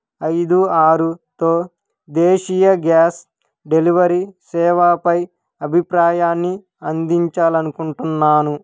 ఐదు ఆరుతో దేశీయ గ్యాస్ డెలివరీ సేవపై అభిప్రాయాన్ని అందించాలి అనుకుంటున్నాను